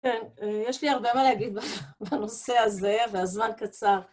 כן, יש לי הרבה מה להגיד בנושא הזה, והזמן קצר.